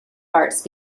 arts